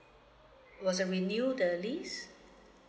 was uh renew the lease